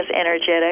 energetic